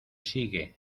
sigue